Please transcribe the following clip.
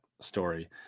story